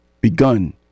begun